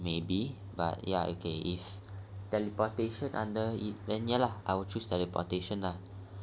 maybe but ya okay if teleportation under it then ya lah I will choose teleportation lah